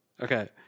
okay